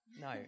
no